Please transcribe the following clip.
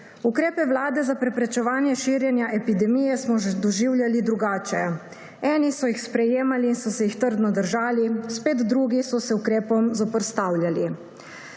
Ukrepe Vlade za preprečevanje širjenja epidemije smo doživljali drugače. Eni so jih sprejemali in so se jih trdno držali, spet drugi so se ukrepom zoperstavljali.